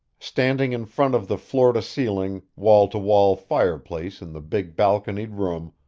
standing in front of the floor-to-ceiling, wall-to-wall fireplace in the big balconied room,